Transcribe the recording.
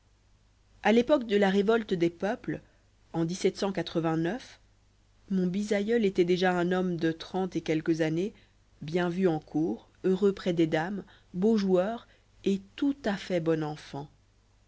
à l'époque de la révolte des peuples en mon bisaïeul était déjà un homme de trente et quelques années bien vu en cour heureux près des dames beau joueur et tout à fait bon enfant